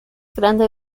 grande